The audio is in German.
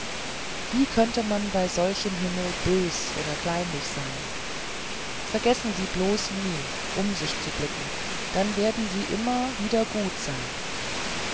wie könnte man bei solchem himmel bös oder kleinlich sein vergessen sie bloß nie um sich zu blicken dann werden sie immer wieder gut sein